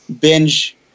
binge